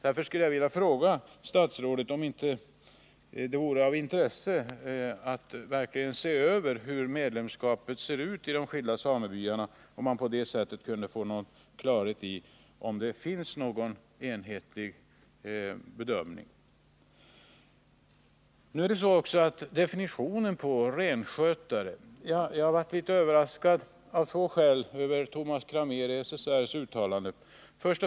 Därför skulle jag vilja fråga statsrådet, om det inte vore av intresse att se över hur kraven på medlemskapet verkligen ser ut i de olika samebyarna, så att man kunde få klarhet i om det finns några enhetliga bedömningsgrunder. Nu är det också så att definitionen på renskötare är oklar. Jag blev av två skäl överraskad av Tomas Cramérs uttalanden i SSR.